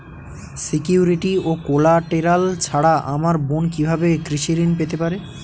Security ও collateral ছাড়া আমার বোন কিভাবে কৃষি ঋন পেতে পারে?